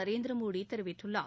நரேந்திர மோடி தெரிவித்துள்ளார்